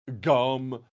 Gum